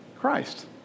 Christ